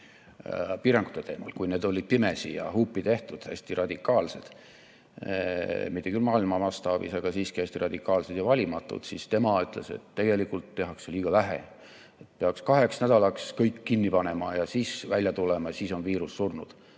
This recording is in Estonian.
piirangute teemal, kui need olid pimesi ja huupi tehtud, hästi radikaalsed, mitte küll maailma mastaabis, aga siiski hästi radikaalsed ja valimatud. Tema ütles, et tegelikult tehakse liiga vähe, peaks kaheks nädalaks kõik kinni panema ja kui siis sealt välja tuleme, on viirus surnud.